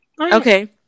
Okay